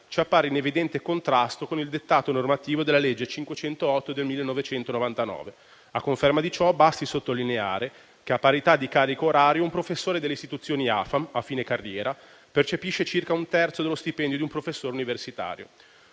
ci appare in evidente contrasto con il dettato normativo della legge n. 508 del 1999. A conferma di ciò, basti sottolineare che, a parità di carico orario, un professore delle istituzioni AFAM, a fine carriera, percepisce circa un terzo dello stipendio di un professore universitario.